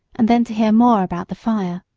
and then to hear more about the fire.